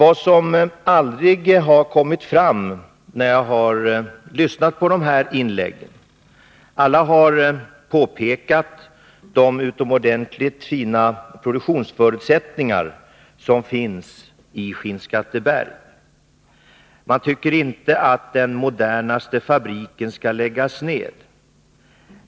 Alla talarna i dagens debatt har påpekat de utomordentligt fina produktionsförutsättningar som finns i Skinnskatteberg. Man tycker inte att den modernaste fabriken skall läggas ned.